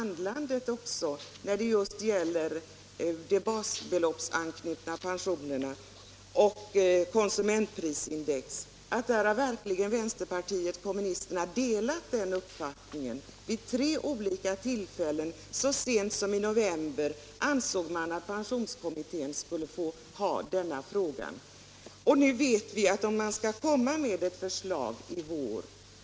När det gäller de basbeloppsanknutna pensionerna och konsumentprisindex har kommunisterna också delat den uppfattningen. Vid tre olika tillfällen, senaste gången i november, ansåg de att pensionskommittén skulle arbeta med den saken. Nu vet vi att kommittén kommer med ett förslag i vår.